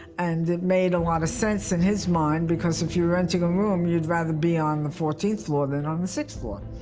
and it made a lot of sense in his mind because if you're renting a room, you'd rather be on the fourteenth floor than on the sixth floor.